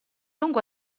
lungo